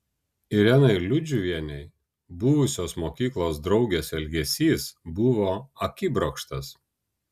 irenai liudžiuvienei buvusios mokyklos draugės elgesys buvo akibrokštas